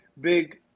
big